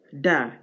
Da